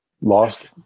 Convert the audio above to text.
lost